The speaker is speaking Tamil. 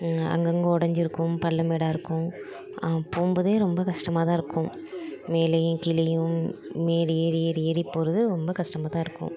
அங்கங்கே உடஞ்சிருக்கும் பள்ளம் மேடாயிருக்கும் போகும்போதே ரொம்ப கஷ்டமாக தான் இருக்கும் மேலேயும் கீழேயும் மேலே ஏறி ஏறி ஏறி போவது ரொம்ப கஷ்டமாக தான் இருக்கும்